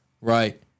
right